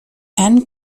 and